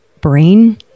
brain